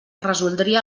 resoldria